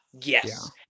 Yes